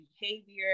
behavior